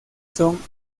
son